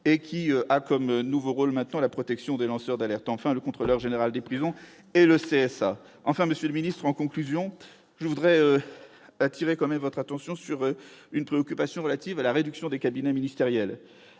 et qui a comme nouveau rôle maintenant la protection des lanceurs d'alerte, enfin, le contrôleur général des prisons et le CSA enfin monsieur le ministre, en conclusion, je voudrais attirer quand même votre attention sur une préoccupation relative à la réduction des cabinets ministériels,